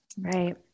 Right